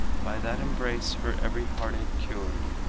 by that embrace her every heartache cured,